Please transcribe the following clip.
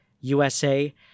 USA